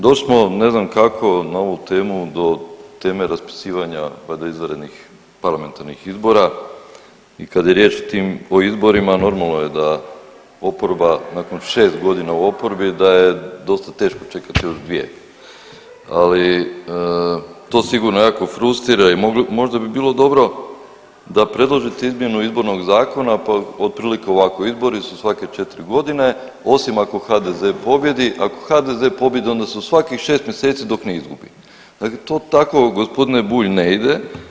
Došli smo ne znam kako na ovu temu do teme raspisivanja valjda izvanrednih parlamentarnih izbora i kad je riječ o tim, o izborima normalno je da oporba, nakon 6.g. u oporbi da je dosta teško čekat još dvije, ali to sigurno jako frustrira i možda bi bilo dobro da predložite izmjenu Izbornog zakona, pa otprilike ovako, izbori su svake 4.g. osim ako HDZ pobijedi, ako HDZ pobijedi onda su svakih 6 mjeseci dok ne izgubi, dakle to tako g. Bulj ne ide.